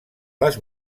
les